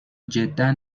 جدا